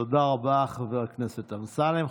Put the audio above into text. תודה רבה, חבר הכנסת אמסלם.